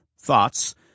Thoughts